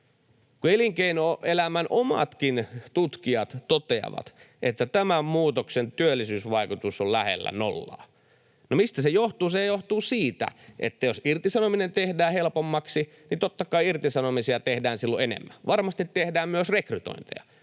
kun elinkeinoelämän omatkin tutkijat toteavat, että tämän muutoksen työllisyysvaikutus on lähellä nollaa. No, mistä se johtuu? Se johtuu siitä, että jos irtisanominen tehdään helpommaksi, niin totta kai irtisanomisia tehdään silloin enemmän, varmasti tehdään myös rekrytointeja.